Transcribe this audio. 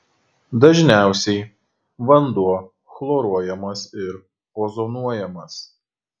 dažniausiai vanduo chloruojamas ir ozonuojamas